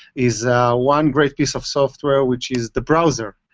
is one great piece of software, which is the browser.